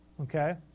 Okay